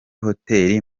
hoteli